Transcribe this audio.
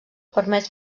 permet